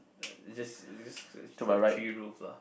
is just is just like three roof lah